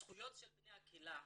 הזכויות של בני הקהילה,